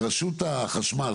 ברשות החשמל,